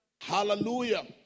Hallelujah